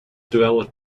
developed